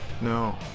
No